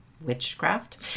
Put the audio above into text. witchcraft